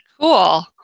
Cool